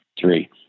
three